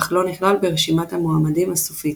אך לא נכלל ברשימת המועמדים הסופית.